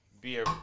beer